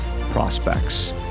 prospects